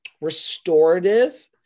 restorative